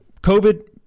COVID